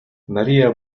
мария